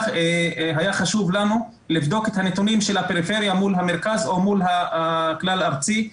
היה חשוב לנו לבדוק את הנתונים של הפריפריה מול המרכז או מול הכלל ארצי,